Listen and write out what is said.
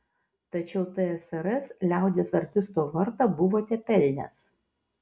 tačiau tsrs liaudies artisto vardą buvote pelnęs